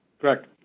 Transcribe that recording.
Correct